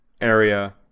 area